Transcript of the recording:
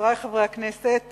חברי חברי הכנסת,